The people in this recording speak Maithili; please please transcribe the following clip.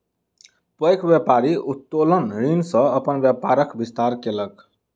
पैघ व्यापारी उत्तोलन ऋण सॅ अपन व्यापारक विस्तार केलक